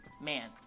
man